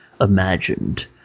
imagined